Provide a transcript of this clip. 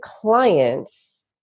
clients